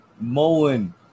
mowing